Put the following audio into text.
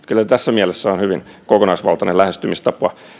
kyllä tässä mielessä on hyvin kokonaisvaltainen lähestymistapa